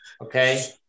Okay